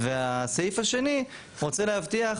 והסעיף השני רוצה להבטיח,